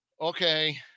okay